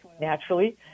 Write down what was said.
Naturally